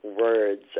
words